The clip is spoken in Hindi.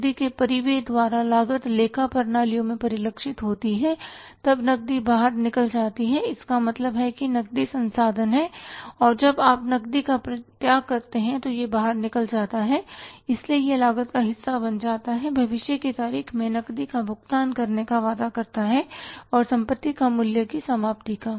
नकदी के परिव्यय द्वारा लागत लेखा प्रणालियों में परिलक्षित होती है तब नकदी बाहर निकल जाती है इसका मतलब है कि नकदी संसाधन है और जब आप नकदी का त्याग करते हैं तो यह बाहर निकल जाता है इसलिए यह लागत का हिस्सा बन जाता है भविष्य की तारीख में नकदी का भुगतान करने का वादा करता है और संपत्ति का मूल्य की समाप्ति का